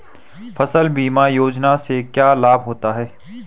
फसल बीमा योजना से क्या लाभ होता है?